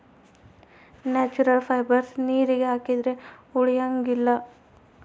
natural fibres ನೀರಿಗೆ ಹಾಕಿದ್ರೆ ಉಳಿಯಂಗಿಲ್ಲ